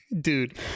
Dude